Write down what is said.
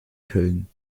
köln